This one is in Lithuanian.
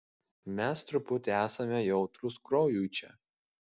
mes truputį esame jautrūs kraujui čia